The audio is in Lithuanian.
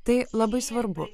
tai labai svarbu